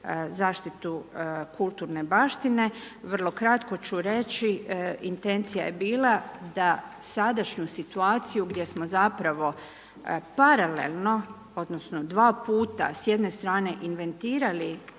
zaštitu kulturne baštine, vrlo kratko ću reći, intencija je bila, da sadašnju situaciju gdje smo zapravo paralelno odnosno, 2 puta s jedne strane invertirali